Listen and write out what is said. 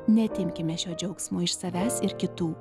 neatimkime šio džiaugsmo iš savęs ir kitų